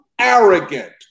arrogant